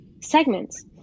segments